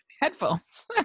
headphones